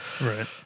Right